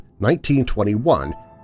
1921